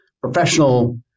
professional